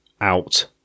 out